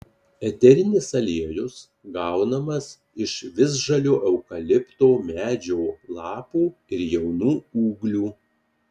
eterinis aliejus gaunamas iš visžalio eukalipto medžio lapų ir jaunų ūglių